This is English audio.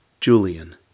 Julian